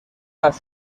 las